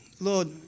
Lord